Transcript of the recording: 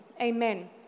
Amen